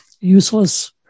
useless